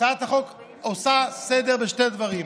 הצעת החוק עושה סדר בשני דברים: